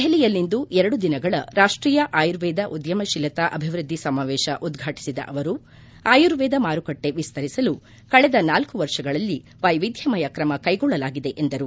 ದೆಪಲಿಯಲ್ಲಿಂದು ಎರಡು ದಿನಗಳ ರಾಷ್ಟೀಯ ಆಯುರ್ವೇದ ಉದ್ದಮತೀಲತಾ ಅಭಿವೃದ್ದಿ ಸಮಾವೇಶ ಉದ್ವಾಟಿಸಿದ ಅವರು ಆಯುರ್ವೇದ ಮಾರುಕಟ್ಟೆ ವಿಸ್ತರಿಸಲು ಕಳೆದ ನಾಲ್ಕು ವರ್ಷಗಳಲ್ಲಿ ವೈವಿಧ್ವಮಯ ಕ್ರಮ ಕೈಗೊಳ್ಳಲಾಗಿದೆ ಎಂದರು